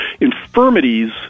infirmities